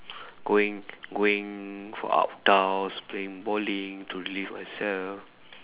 going going for up down playing bowling to live